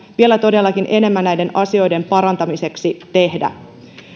vielä enemmän näiden asioiden parantamiseksi